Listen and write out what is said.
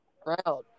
crowd